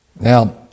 Now